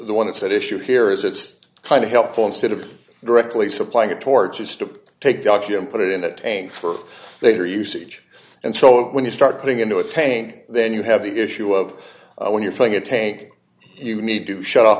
the one that's at issue here is it's kind of helpful instead of directly supplying a torch is to take document put it in a tank for later usage and so when you start putting into a tank then you have the issue of when you're flying a tank you need to shut off